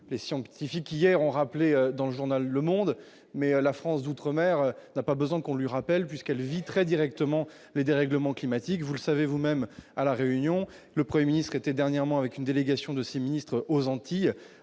les scientifiques hier ont rappelé dans le journal Le Monde, mais la France d'outre-mer, n'a pas besoin qu'on lui rappelle puisqu'elle vit très directement les dérèglements climatiques, vous le savez vous-même à la Réunion, le 1er ministre était dernièrement avec une délégation de 6 ministres, aux Antilles